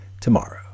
tomorrow